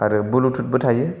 आरो ब्लुटुथ बो थायो